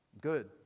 good